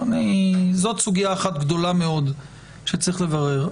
זאת סוגיה אחת גדולה מאוד שצריך לברר.